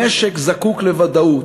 ומשק זקוק לוודאות,